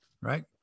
Right